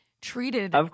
treated